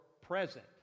present